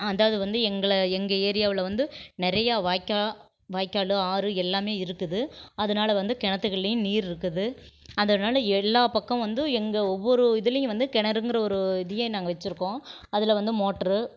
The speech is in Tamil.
அதாவது வந்து எங்களை எங்கள் ஏரியாவில் வந்து நிறையா வாய்க்கால் வாய்க்கால் ஆறு எல்லாமே இருக்குது அதனால வந்து கிணத்துக்குள்ளயும் நீர் இருக்குது அதனால் எல்லா பக்கம் வந்து எங்கள் ஒவ்வொரு இதுலேயும் வந்து கிணறுங்குற ஒரு இதையே நாங்கள் வச்சுருக்கோம் அதில் வந்து மோட்டரு